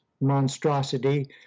monstrosity